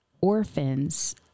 orphans